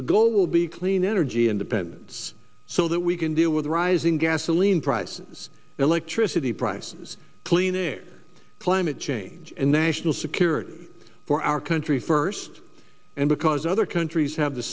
the goal will be clean energy independence so that we can deal with rising gasoline prices electricity prices clean air climate change and national security for our country first and because other countries have the